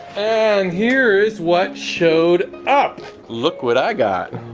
and here's what showed up look what i got.